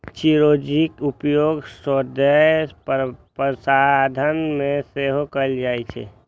चिरौंजीक उपयोग सौंदर्य प्रसाधन मे सेहो कैल जाइ छै